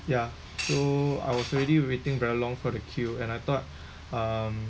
ya so I was already waiting very long for the queue and I thought um